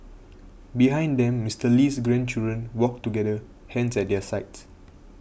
behind them Mister Lee's grandchildren walked together hands at their sides